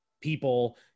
people